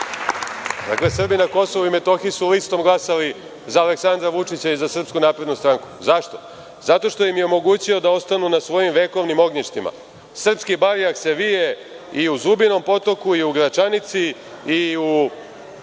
dakle Srbi na KiM su listom glasali za Aleksandra Vučića i za SNS. Zašto? Zato što im je omogućio da ostanu na svojim vekovnim ognjištima. Srpski barjak se vije i u Zubinom Potoku i u Gračanici i u